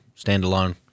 standalone